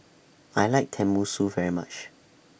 I like Tenmusu very much